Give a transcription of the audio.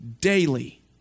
daily